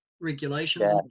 regulations